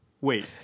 wait